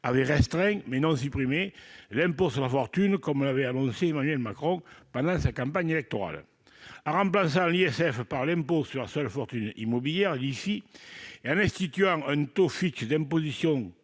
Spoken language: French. avait restreint, mais non supprimé, l'impôt sur la fortune, conformément à l'annonce faite par Emmanuel Macron pendant sa campagne électorale. En remplaçant l'ISF par un impôt sur la seule fortune immobilière, l'IFI, et en instituant un taux fixe d'imposition